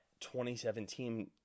2017